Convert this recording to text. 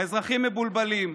האזרחים מבולבלים,